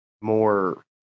more